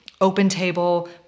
OpenTable